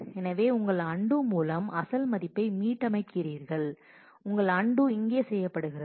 எனவே உங்கள் அன்டூ மூலம் அசல் மதிப்பை மீட்டமைக்கிறீர்கள் உங்கள் அன்டூ இங்கே செய்யப்படுகிறது